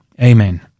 Amen